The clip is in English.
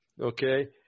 okay